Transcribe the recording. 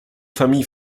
famille